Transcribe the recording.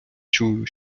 чую